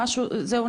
זהו?